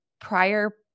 prior